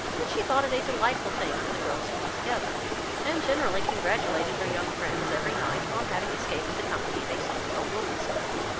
that she thought it a delightful thing for the girls to be together and generally congratulated her young friends every night, on having escaped the company of a stupid old woman so long.